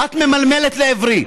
את ממלמלת לעברי.